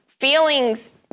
Feelings